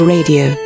Radio